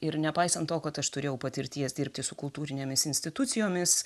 ir nepaisant to kad aš turėjau patirties dirbti su kultūrinėmis institucijomis